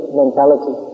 mentality